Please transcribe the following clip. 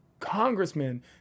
congressmen